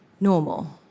normal